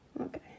Okay